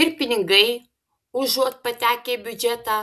ir pinigai užuot patekę į biudžetą